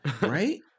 right